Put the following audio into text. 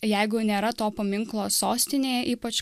jeigu nėra to paminklo sostinėj ypač